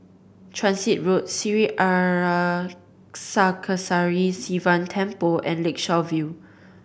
Transit Road Sri Arasakesari Sivan Temple and Lakeshore View